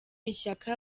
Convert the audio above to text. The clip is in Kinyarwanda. ishyaka